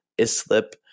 Islip